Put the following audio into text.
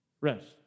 rest